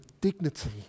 dignity